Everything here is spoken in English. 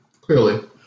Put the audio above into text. Clearly